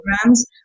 programs